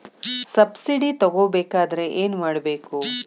Subsidy ತಗೊಬೇಕಾದರೆ ಏನು ಮಾಡಬೇಕು?